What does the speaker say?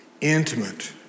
Intimate